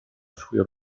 frühe